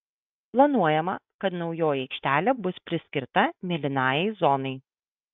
planuojama kad naujoji aikštelė bus priskirta mėlynajai zonai